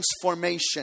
Transformation